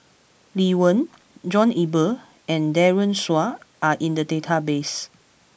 Lee Wen John Eber and Daren Shiau are in the database